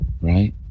right